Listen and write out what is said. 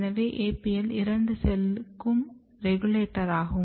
எனவே APL இரண்டு செல்லுக்கும் ரெகுலேட்டர் ஆகும்